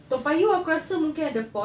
toa payoh aku rasa mungkin ada port